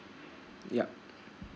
yup